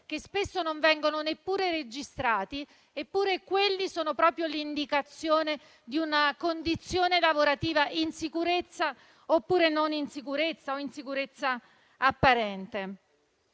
che spesso non vengono neppure registrati, eppure sono proprio l'indicatore di una condizione lavorativa in sicurezza, oppure non in sicurezza, o in sicurezza apparente.